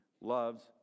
loves